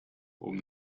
oben